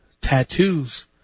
tattoos